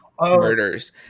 murders